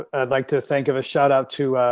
ah i'd like to thank of a shout out to